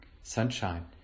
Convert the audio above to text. sunshine